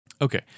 Okay